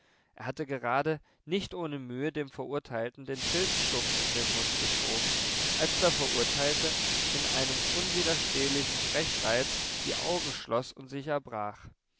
er hatte gerade nicht ohne mühe dem verurteilten den filzstumpf in den mund geschoben als der verurteilte in einem unwiderstehlichen brechreiz die augen schloß und sich erbrach